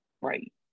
right